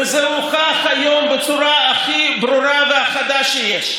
וזה הוכח היום בצורה הכי ברורה וחדה שיש.